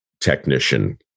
technician